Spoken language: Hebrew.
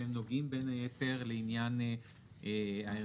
והם נוגעים בין היתר לעניין ההיערכות